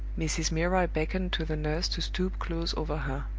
mrs. milroy beckoned to the nurse to stoop close over her.